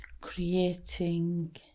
creating